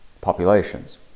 populations